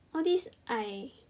all these I